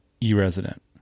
e-resident